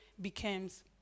becomes